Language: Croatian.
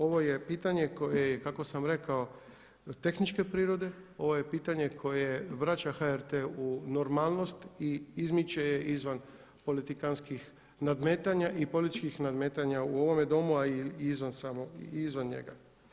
Ovoj je pitanje koje je i kako sam rekao tehničke prirode, ovo je pitanje koje vraća HRT u normalnost i izmiče je izvan politikantskih nadmetanja i političkih nadmetanja u ovome domu a i izvan njega.